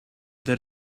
that